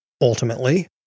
Ultimately